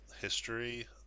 history